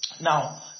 Now